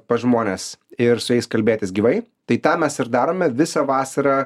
pas žmones ir su jais kalbėtis gyvai tai tą mes ir darome visą vasarą